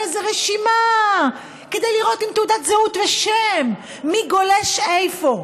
איזו רשימה כדי לראות עם תעודת זהות ושם מי גולש איפה.